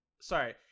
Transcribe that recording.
sorry